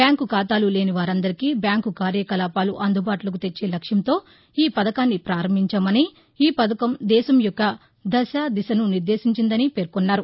bank ఖాతాలు లేనివారందరికీ bank కార్యకలాపాలు అందుబాటులోకి తెచ్చే లక్ష్మంతో ఈ పథకాన్ని ప్రారంభించామని ఈ పథకం దేశ దశ దిశను నిర్దేశించిందని పేర్కొన్నారు